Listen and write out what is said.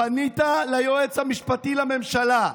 פנית ליועץ המשפטי לממשלה.